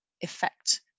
effect